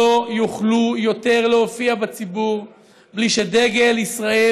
לא יוכלו יותר להופיע בציבור בלי שדגל ישראל